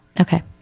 okay